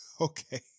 Okay